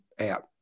out